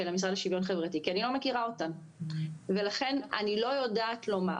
המשרד לשוויון חברתי כי אני לא מכירה אותן וכלן אני לא יודעת לומר.